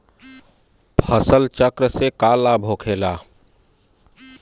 फसल चक्र से का लाभ होखेला?